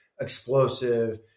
explosive